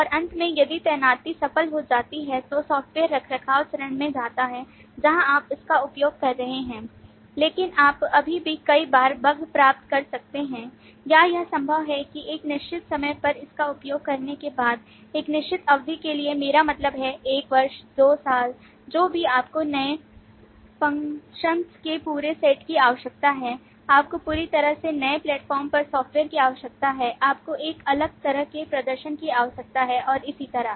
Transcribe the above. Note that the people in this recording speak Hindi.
और अंत में यदि तैनाती सफल हो जाती है तो सॉफ़्टवेयर रखरखाव चरण में जाता है जहां आप इसका उपयोग कर रहे हैं लेकिन आप अभी भी कई बार बग प्राप्त कर सकते हैं या यह संभव है कि एक निश्चित समय पर इसका उपयोग करने के बाद एक निश्चित अवधि के लिए मेरा मतलब है 1 वर्ष 2 साल जो भी आपको नए फंक्शंस के पूरे सेट की आवश्यकता है आपको पूरी तरह से नए प्लेटफॉर्म पर सॉफ्टवेयर की आवश्यकता है आपको एक अलग तरह के प्रदर्शन की आवश्यकता है और इसी तरह